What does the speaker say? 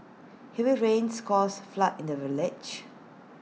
heavy rains caused A flood in the village